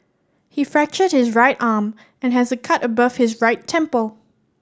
he fractured his right arm and has a cut above his right temple